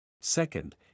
Second